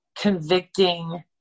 convicting